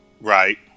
right